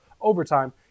Overtime